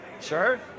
Sure